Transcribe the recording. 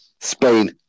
Spain